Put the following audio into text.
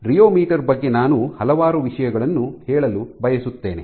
rheometer ಬಗ್ಗೆ ನಾನು ಹಲವಾರು ವಿಷಯಗಳನ್ನು ಹೇಳಲು ಬಯಸುತ್ತೇನೆ